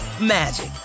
magic